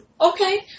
Okay